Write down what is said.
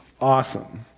awesome